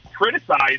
criticized